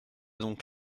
donc